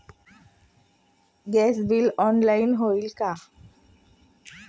Gas bill online होईल का?